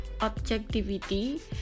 objectivity